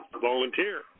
volunteer